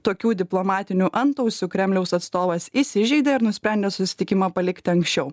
tokių diplomatinių antausių kremliaus atstovas įsižeidė ir nusprendė susitikimą palikti anksčiau